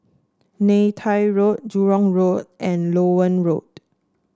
Neythai Road Jurong Road and Loewen Road